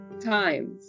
times